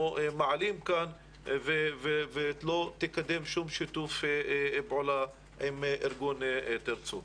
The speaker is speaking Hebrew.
מעלים כאן ולא תקדם שום שיתוף פעולה עם ארגון "אם תרצו".